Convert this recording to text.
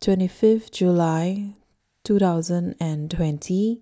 twenty five July two thousand and twenty